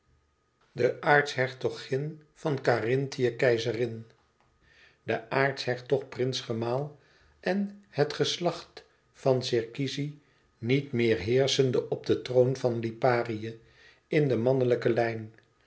de aartshertogin van karinthië keizerin de aartshertog prins gemaal en het geslacht van czyrkiski niet meer heerschende op den troon van liparië in de mannelijke lijn